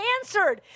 answered